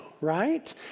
right